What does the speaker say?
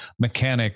mechanics